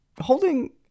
holding